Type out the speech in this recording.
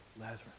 Lazarus